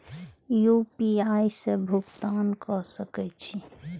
UPI से भुगतान क सके छी?